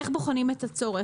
איך בוחנים את הצורך.